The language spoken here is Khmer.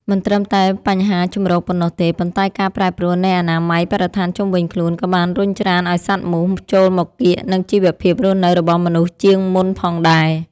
មិនត្រឹមតែបញ្ហាជម្រកប៉ុណ្ណោះទេ ប៉ុន្តែការប្រែប្រួលនៃអនាម័យបរិស្ថានជុំវិញខ្លួន ក៏បានរុញច្រានឱ្យសត្វមូសចូលមកកៀកនឹងជីវភាពរស់នៅរបស់មនុស្សជាងមុនផងដែរ។